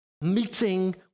meeting